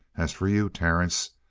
as for you, terence,